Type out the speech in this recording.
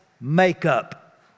makeup